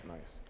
Nice